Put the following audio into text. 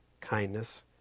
kindness